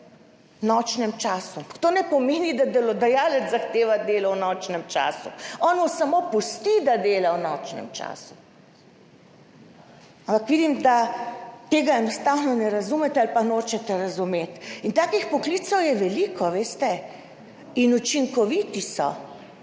v nočnem času, ampak to ne pomeni, da delodajalec zahteva delo v nočnem času. On mu samo pusti, da dela v nočnem času, ampak vidim, da tega enostavno ne razumete ali pa nočete razumeti. Takih poklicev je veliko in so učinkoviti.